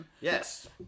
Yes